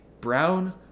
Brown